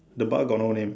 the bar got no name